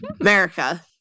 America